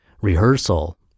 Rehearsal